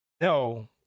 no